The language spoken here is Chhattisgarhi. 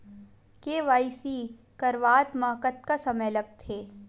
के.वाई.सी करवात म कतका समय लगथे?